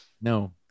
No